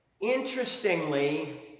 Interestingly